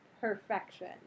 perfection